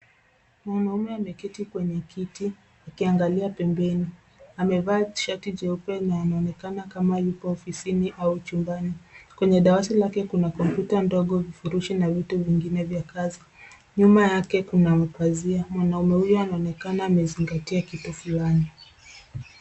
Mwanaume ameketi kwenye kiti, akiangalia pembeni. Amevaa t-shirt cheupe na anaonekana kama yupo ofisini au chumbani. Kwenye dawati lake kuna kompyuta ndogo, vifurushi na vitu vingine vya kazi. Nyuma yake kuna mapazia. Mwanaume huyu anaonekana amezingatia kitu fulani.